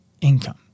income